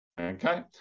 Okay